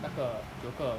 那个有个